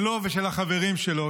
שלו ושל החברים שלו,